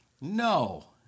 No